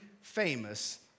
famous